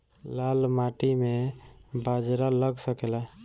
लाल माटी मे बाजरा लग सकेला?